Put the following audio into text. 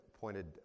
pointed